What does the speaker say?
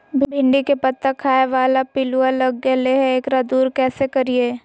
भिंडी के पत्ता खाए बाला पिलुवा लग गेलै हैं, एकरा दूर कैसे करियय?